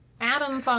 Adam